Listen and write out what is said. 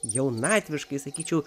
jaunatviškai sakyčiau